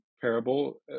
parable